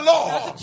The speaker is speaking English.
Lord